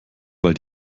weil